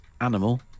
animal